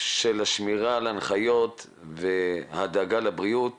של השמירה על הנחיות והדאגה לבריאות